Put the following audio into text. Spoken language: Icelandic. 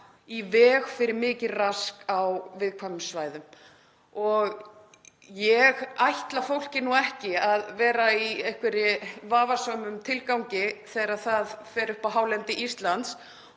í veg fyrir mikið rask á viðkvæmum svæðum. Ég ætla fólki ekki að vera í einhverjum vafasömum tilgangi þegar það fer upp á hálendi Íslands.